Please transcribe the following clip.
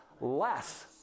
less